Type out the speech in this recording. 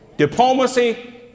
Diplomacy